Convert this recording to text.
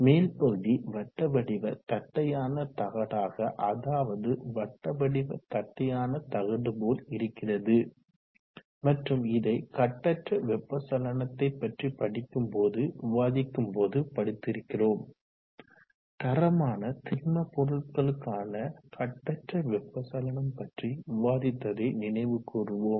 மேல்பகுதி வட்டவடிவ தட்டையான தகடாக அதாவது வட்டவடிவ தட்டையான தகடுபோல் இருக்கிறது மற்றும் இதை கட்டற்ற வெப்ப சலனத்தை பற்றி படிக்கும் போது விவாதிக்கும் போது படித்து இருக்கிறோம் தரமான திண்ம பொருட்களுக்கான கட்டற்ற வெப்ப சலனம் பற்றி விவாதித்ததை நினைவுகூர்வோம்